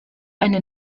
eine